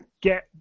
get